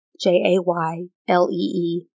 J-A-Y-L-E-E